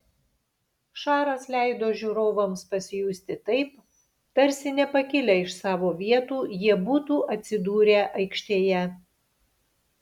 šaras leido žiūrovams pasijusti taip tarsi nepakilę iš savo vietų jie būtų atsidūrę aikštėje